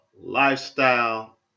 lifestyle